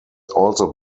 also